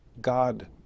God